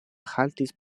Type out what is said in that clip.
haltis